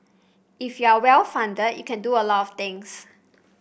if you are well funded you can do a lot of things